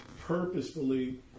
purposefully